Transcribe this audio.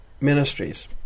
ministries